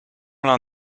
l’un